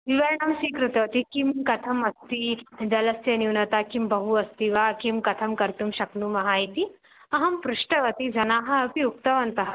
विवरणं स्वीकृतवती किं कथम् अस्ति जलस्य न्यूनता किं बहु अस्ति वा किं कथं कर्तुं शक्नुमः इति अहं पृष्टवती जनाः अपि उक्तवन्तः